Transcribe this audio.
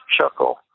chuckle